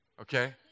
okay